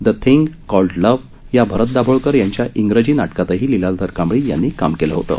नी thing called love या भरत दाभोळकर यांच्या इंग्रजी नाटकातही लीलाधर कांबळी यांनी काम केलं होतं